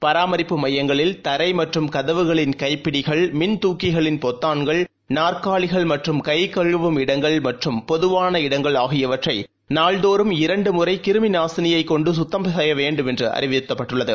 பராமரிப்பு மையங்களில் தரைமற்றும் கதவுகளின் கைப்பிடிகள் மின்துக்கிகளின் பொத்தான்கள் நாற்காலிகள் மற்றும் கைகழுவும் இடங்கள் மற்றும் பொதுவாள இடங்கள் ஆகியவற்றைநாள்தோறும் இரண்டுமுறைகிருமிநாசினியைக் கொண்டுகத்தம் செய்யவேண்டும் என்றும் அறிவறுத்தப்பட்டுள்ளது